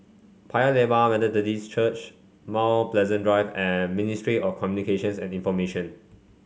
Paya Lebar Methodist Church Mount Pleasant Drive and Ministry of Communications and Information